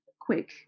quick